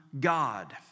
God